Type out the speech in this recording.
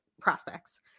prospects